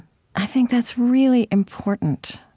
i think that's really important,